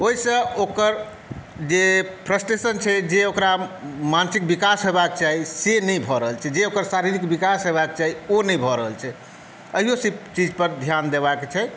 ओहिसँ ओकर जे फ्रस्टेशन छै जे ओकरा मानसिक विकास हेबाक चाही से नहि भऽ रहल छै जे ओकर शारीरिक विकास हेबाक चाही ओ नहि भऽ रहल छै अहिओ सभ चीज़पर धियान देबाक छै